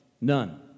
None